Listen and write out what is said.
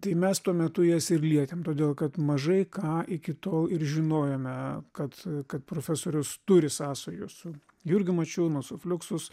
tai mes tuo metu jas ir lietėm todėl kad mažai ką iki tol ir žinojome kad kad profesorius turi sąsajų su jurgiu mačiūnu su fliuksus